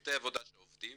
צוותי עבודה שעובדים